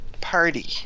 party